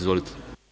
Izvolite.